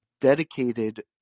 dedicated